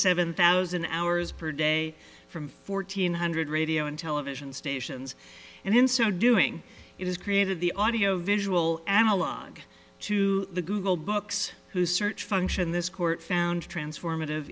seven thousand hours per day from fourteen hundred radio and television stations and in so doing it has created the audio visual analog to the google books whose search function this court found transformative